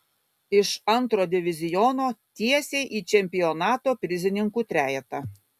iš antro diviziono tiesiai į čempionato prizininkų trejetą